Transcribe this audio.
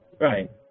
Right